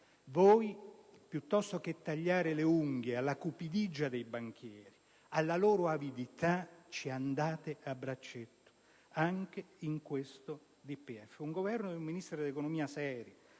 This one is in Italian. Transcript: Voi, piuttosto che tagliare le unghie alla cupidigia dei banchieri, alla loro avidità, ci andate a braccetto anche in questo DPEF. Un Governo ed un Ministro dell'economia seri,